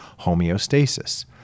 homeostasis